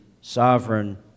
Sovereign